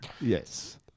Yes